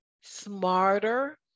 smarter